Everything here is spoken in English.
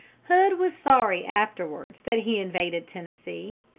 hood was sorry afterwards that he invaded tennessee.